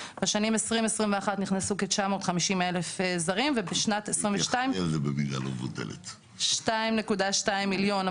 בשנת 2021 נכנסו כ-950,000 זרים ובשנת 2022 2.2 מיליון,